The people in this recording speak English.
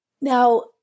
Now